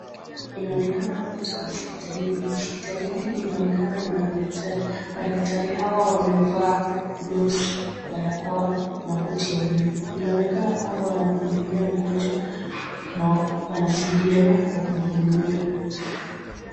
Inaonekana hapa tuko hospitalini .Hospitali hili linaonekana ina madaktari. Madaktari hao wamevaa gloves ,barakoa na koti ya bluu. Inaonekana kwamba wanamhudumia mgonjwa na wanasaidiana kwa kumhudumia.